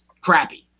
crappy